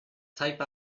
type